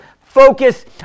focus